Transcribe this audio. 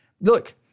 Look